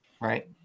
Right